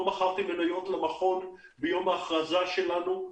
לא מכרתי מניות למכון ביום ההכרזה שלנו.